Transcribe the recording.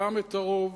גם הרוב,